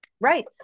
Right